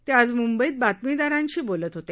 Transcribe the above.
ते आज मुंबईत बातमीदारांशी बोलत होते